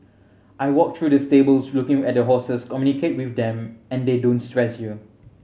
I walk through the stables looking at the horses communicate with them and they don't stress you